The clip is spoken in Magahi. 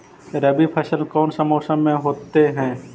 रवि फसल कौन सा मौसम में होते हैं?